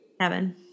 Kevin